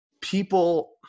people